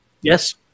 Yes